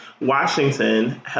Washington